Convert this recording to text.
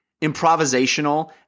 improvisational